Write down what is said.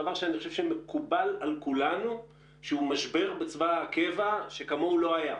דבר שאני חושב שמקובל על כולנו שהוא משבר בצבא הקבע שכמוהו לא היה.